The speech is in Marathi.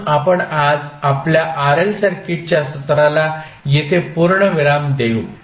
म्हणून आपण आज आपल्या RL सर्किटच्या सत्राला येथे पूर्णविराम देऊ